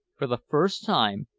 for the first time,